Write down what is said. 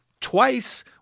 twice